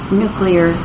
nuclear